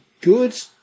good